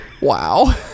Wow